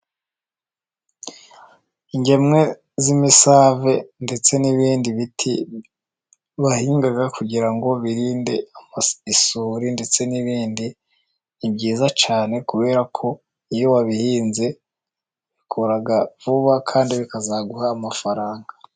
Ingemwe z'imisave ndetse n'ibind biti bahinga kugira ngo birinde isuri, ndetse n'ibindi ni byiza cyane, kubera ko iyo wabihinze bikura vuba, kandi bikazaguha amafaranga.